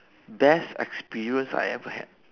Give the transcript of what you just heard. best experience I ever had